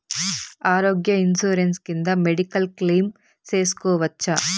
ఆరోగ్య ఇన్సూరెన్సు కింద medical claim సేసుకోవచ్చా?